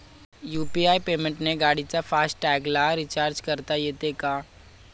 UPI पेमेंटने गाडीच्या फास्ट टॅगला रिर्चाज करता येते का?